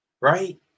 Right